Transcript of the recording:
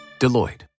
Deloitte